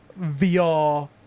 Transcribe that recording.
VR